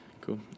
Cool